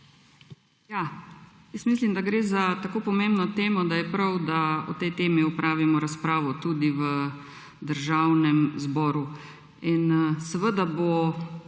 Jaz mislim, da gre za tako pomembno temo, da je prav, da o tej temi opravimo razpravo tudi v Državnem zboru. In seveda bo